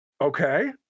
Okay